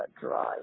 dry